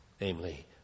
namely